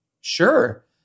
Sure